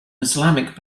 islamic